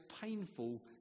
painful